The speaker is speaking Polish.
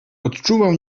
odczuwał